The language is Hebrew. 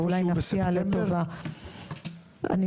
ואולי נפתיע לטובה עם